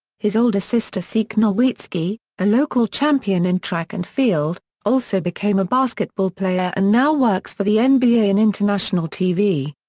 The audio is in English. his older sister silke nowitzki, a local champion in track and field, also became a basketball player and now works for the nba in international tv.